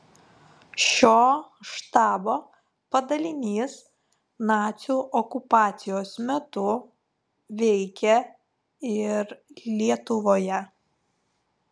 šio štabo padalinys nacių okupacijos metu veikė ir lietuvoje